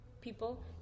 people